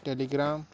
telegram